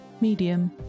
Medium